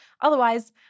Otherwise